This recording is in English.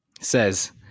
says